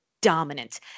dominant